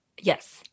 yes